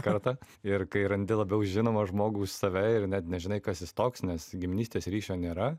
kartą ir kai randi labiau žinomą žmogų už save ir net nežinai kas jis toks nes giminystės ryšio nėra